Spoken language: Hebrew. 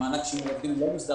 מענק שימור עובדים לא מוסדר